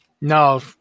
No